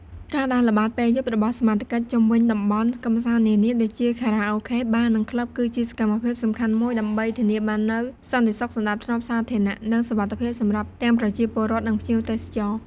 ការដើរល្បាតពេលយប់របស់សមត្ថកិច្ចជុំវិញតំបន់កម្សាន្តនានា ដូចជា ខារ៉ាអូខេ បារ និងក្លឹប គឺជាសកម្មភាពសំខាន់មួយដើម្បីធានាបាននូវ សន្តិសុខ សណ្តាប់ធ្នាប់សាធារណៈ និងសុវត្ថិភាពសម្រាប់ទាំងប្រជាពលរដ្ឋ និងភ្ញៀវទេសចរ។